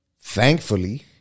Thankfully